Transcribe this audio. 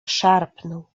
szarpną